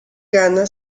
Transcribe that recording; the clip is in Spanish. gana